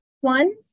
One